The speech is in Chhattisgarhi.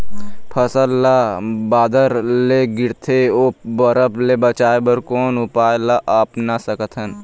फसल ला बादर ले गिरथे ओ बरफ ले बचाए बर कोन उपाय ला अपना सकथन?